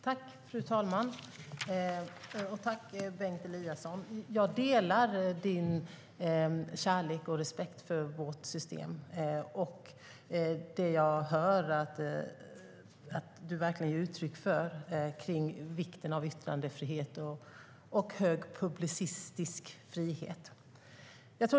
Fru talman! Jag tackar Bengt Eliasson för detta. Jag delar din kärlek och respekt för vårt system och det som jag hör att du verkligen ger uttryck för kring vikten av yttrandefrihet och stor publicistisk frihet.